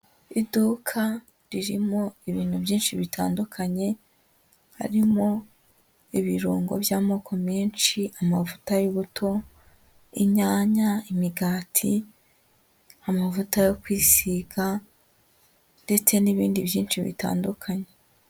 Iduka ririmo ibintu byinshi bitandukanye, harimo ibirungo by'amoko menshi, amavuta y'ubuto, inyanya, imigati, amavuta yo kwisiga ndetse n'ibindi byinshi bitandukanye.